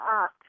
up